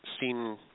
seen